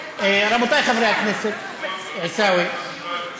רבותי חברי הכנסת, עיסאווי,